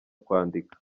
kwandika